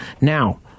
Now